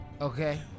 Okay